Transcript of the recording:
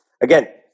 again